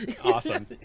awesome